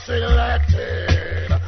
Selected